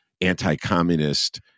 anti-communist